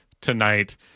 tonight